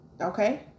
Okay